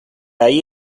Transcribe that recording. ahí